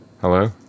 Hello